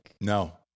no